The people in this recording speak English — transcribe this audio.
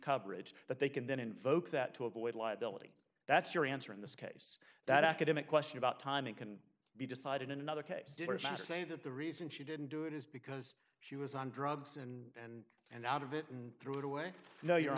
coverage that they can then invoke that to avoid liability that's your answer in this case that academic question about timing can be decided in another case you say that the reason she didn't do it is because she was on drugs in and and out of it and threw it away no you